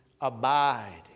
abide